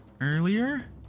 earlier